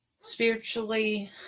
spiritually